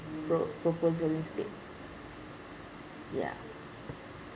pro~ proposal instead ya